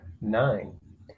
Nine